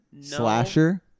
slasher